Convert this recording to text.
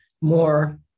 more